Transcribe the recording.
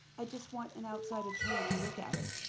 i just want an outside attorney to look at it.